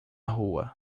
rua